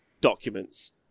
documents